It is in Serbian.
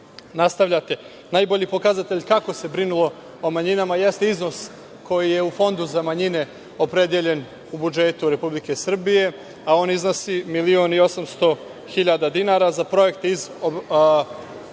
Najbolji pokazatelj kako se brinulo o manjinama jeste iznos koji je u Fondu za manjine opredeljen u budžetu Republike Srbije, a on iznosi 1.800.000 dinara, za projekte iz oblasti